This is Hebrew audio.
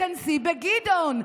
תיכנסי בגדעון,